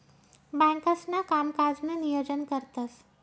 बँकांसणा कामकाजनं नियोजन करतंस